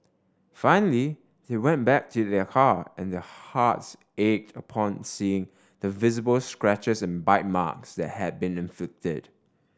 finally they went back to their car and their hearts ached upon seeing the visible scratches and bite marks that had been inflicted